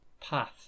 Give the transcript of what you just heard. path